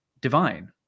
divine